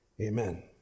Amen